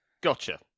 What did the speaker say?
Gotcha